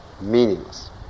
meaningless